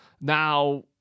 now –